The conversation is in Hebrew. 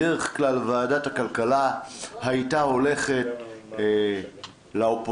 בדרך כלל, ועדת הכלכלה הייתה הולכת לאופוזיציה.